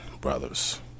brothers